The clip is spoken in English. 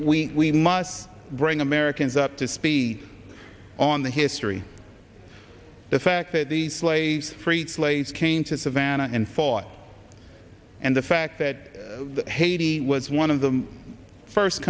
we must bring americans up to speed on the history the fact that the slaves freed slaves came to savannah and fought and the fact that haiti was one of the first